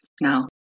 Now